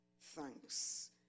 thanks